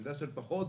ונדע שלפחות